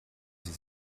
sie